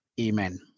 Amen